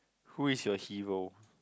who is your hero